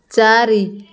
ଚାରି